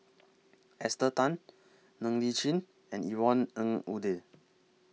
Esther Tan Ng Li Chin and Yvonne Ng Uhde